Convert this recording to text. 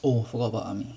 oh forgot about army